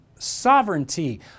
sovereignty